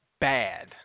bad